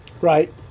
right